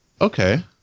okay